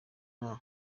nta